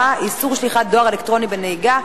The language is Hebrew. (איסור שליחת דואר אלקטרוני בנהיגה),